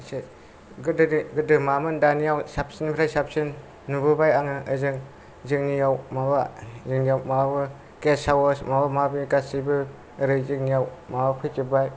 गोदो मामोन दानियाव साबसिननिफ्राय साबसिन नुबोबाय आङो ओजों जोंनियाव माबाबो गेस्ट हाउस माबा माबिबो जोंनियाव माबाफैजोबबाय